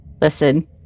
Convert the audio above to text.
listen